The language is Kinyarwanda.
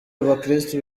abakristo